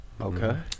Okay